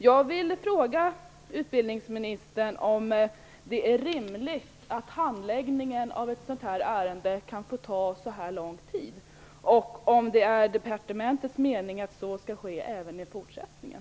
Jag vill fråga utbildningsministern om det är rimligt att handläggningen av ett sådant här ärende kan få ta så här lång tid och om det är departementets mening att så skall ske även i fortsättningen.